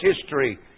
history